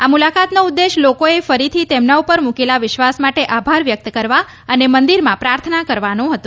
આ મૂલાકાતનો ઉદ્દેશ્ય લોકોએ ફરીથી તેમના ઉપર મૂકેલા વિશ્વાસ માટે આભાર વ્યક્ત કરવા અને મંદિરમાં પ્રાર્થના કરવાનો હતો